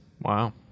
Wow